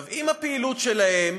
אם הפעילות שלהם